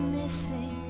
missing